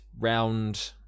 round